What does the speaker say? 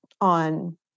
on